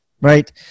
right